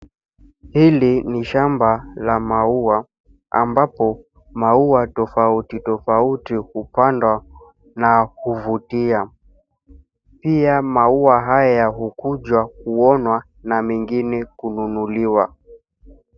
Hili ni shamba la maua, ambapo maua tofauti tofauti hupandwa na huvutia. Pia maua haya hukuja kuonwa na mengine kununuliwa.